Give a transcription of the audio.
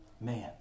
Man